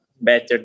better